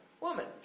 Woman